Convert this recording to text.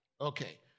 Okay